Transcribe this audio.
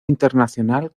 internacional